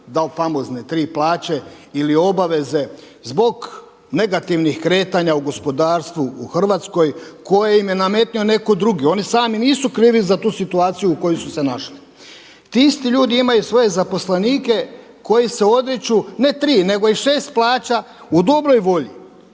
dao famozne tri plaće ili obaveze zbog negativnih kretanja u gospodarstvu u Hrvatskoj koji im je nametnu oni drugi. Oni sami nisu krivi za tu situaciju u kojoj su se našli. Ti isti ljudi imaju svoje zaposlenike koji se odriču ne tri nego i šest plaća u dobroj volji